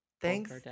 Thanks